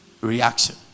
Reaction